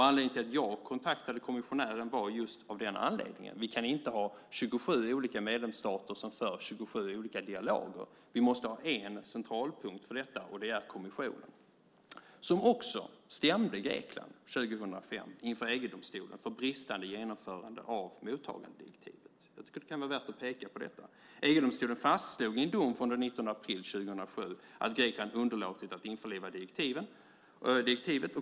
Anledningen till att jag kontaktade kommissionären var just detta. Vi kan inte ha 27 olika medlemsstater som för 27 olika dialoger. Vi måste ha en centralpunkt för detta, och det var kommissionen som också stämde Grekland inför EG-domstolen 2005 för bristande genomförande av mottagandedirektivet. Jag tycker att det kan vara värt att peka på detta. EG-domstolen fastslog i en dom från den 19 april 2007 att Grekland underlåtit att införliva direktivet.